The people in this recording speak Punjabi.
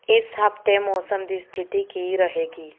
ਇਸ ਹਫ਼ਤੇ ਮੌਸਮ ਦੀ ਸਥਿਤੀ ਕੀ ਰਹੇਗੀ